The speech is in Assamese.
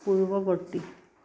পূৰ্ৱবৰ্তী